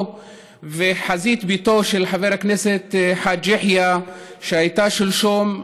וחזית ביתו של חבר הכנסת חאג' יחיא שהייתה שלשום.